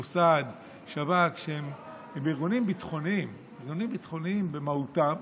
המוסד והשב"כ, שהם ארגונים ביטחוניים במהותם,